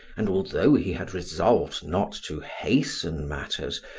and although he had resolved not to hasten matters,